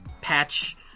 patch